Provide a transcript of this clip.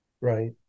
right